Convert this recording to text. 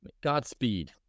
godspeed